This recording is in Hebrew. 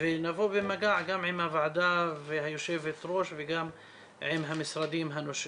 ונבוא במגע גם עם הוועדה והיושבת ראש וגם עם המשרדים השונים.